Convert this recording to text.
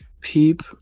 Peep